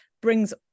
brings